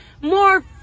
more